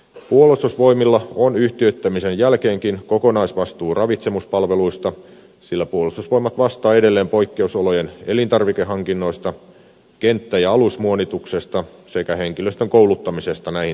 puolustusvoimilla on yhtiöittämisen jälkeenkin kokonaisvastuu ravitsemuspalveluista sillä puolustusvoimat vastaa edelleen poikkeusolojen elintarvikehankinnoista kenttä ja alusmuonituksesta sekä henkilöstön kouluttamisesta näihin tehtäviin